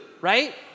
right